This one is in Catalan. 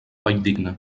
valldigna